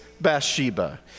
Bathsheba